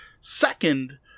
Second